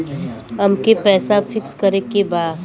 अमके पैसा फिक्स करे के बा?